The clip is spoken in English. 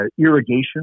irrigation